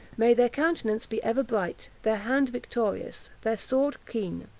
may their countenance be ever bright! their hand victorious! their sword keen!